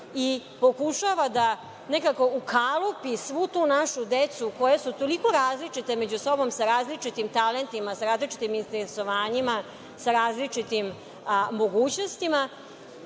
i pokušava da nekako ukalupi svu tu našu decu koja su toliko različita među sobom, sa različitim talentima, sa različitim interesovanjima, sa različitim mogućnostima,